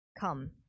Come